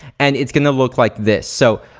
and it's gonna look like this. so,